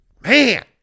Man